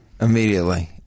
Immediately